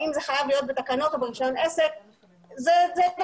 האם זה חייב להיות בתקנות או ברישיון עסק,